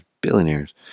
billionaires